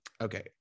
okay